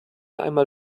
einmal